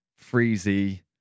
Freezy